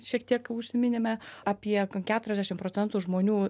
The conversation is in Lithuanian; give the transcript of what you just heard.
šiek tiek užsiminėme apie keturiasdešim procentų žmonių